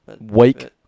Week